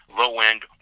low-end